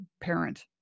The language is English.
parent